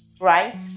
right